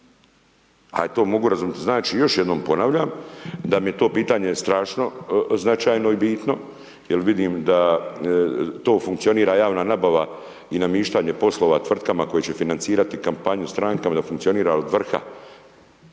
ja to mogu razumjeti znači, još jednom ponavljam, da mi je to pitanje strašno značajno i bitno, jer vidim da to funkcionira javna nabava i namještanje poslova tvrtkama, koje će financirati kampanju strankama da funkcionira prema vrha.